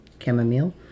chamomile